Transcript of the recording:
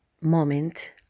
moment